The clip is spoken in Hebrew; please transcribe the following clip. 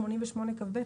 סעיף 88כב,